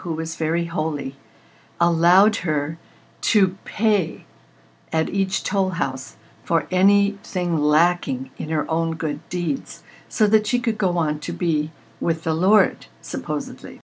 who was very holy allowed her to pay at each toll house for any thing lacking in her own good deeds so that she could go on to be with the lord suppose